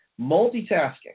multitasking